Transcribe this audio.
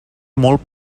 molt